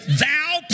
thou